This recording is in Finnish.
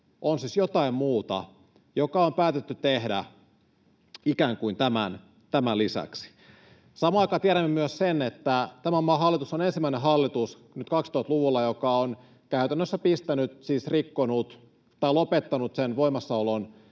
on siis jotain muuta, joka on päätetty tehdä ikään kuin tämän lisäksi. Samaan aikaan tiedämme myös sen, että tämän maan hallitus on ensimmäinen hallitus nyt 2000‑luvulla, joka on käytännössä rikkonut tai lopettanut voimassaolon